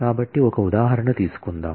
కాబట్టి ఒక ఉదాహరణ తీసుకుందాం